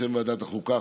בשם ועדת החוקה,